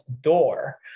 door